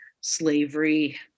slavery